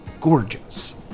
gorgeous